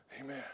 Amen